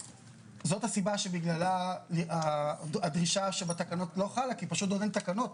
זאת הסיבה שבגללה הדרישה שבתקנות לא חל כי פשוט אין עוד תקנות